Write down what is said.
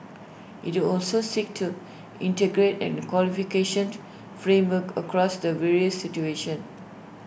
IT will also seek to integrate and the qualification frameworks across the various situation